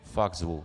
Fakt zvu.